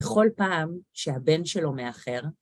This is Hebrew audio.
בכל פעם שהבן שלו מאחר...